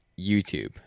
YouTube